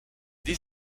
die